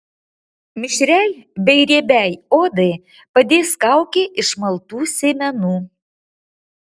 mišriai bei riebiai odai padės kaukė iš maltų sėmenų